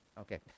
Okay